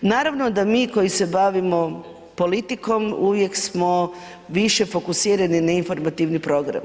Naravno da mi koji se bavimo politikom uvijek smo više fokusirani na informativni program.